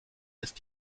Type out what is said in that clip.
ist